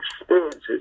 experiences